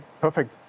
perfect